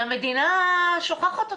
והמדינה שוכחת אותם,